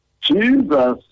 Jesus